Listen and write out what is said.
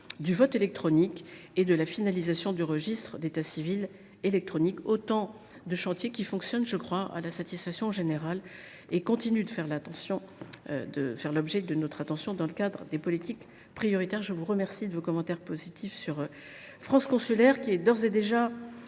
du vote électronique ou encore à la finalisation du registre d’état civil électronique. Tous ces chantiers fonctionnent, me semble t il, à la satisfaction générale, et continuent de faire l’objet de notre attention dans le cadre des politiques prioritaires. D’ailleurs, je vous remercie de vos commentaires positifs sur France consulaire. Ce service est d’ores et déjà